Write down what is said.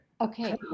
Okay